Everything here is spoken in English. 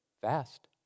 Fast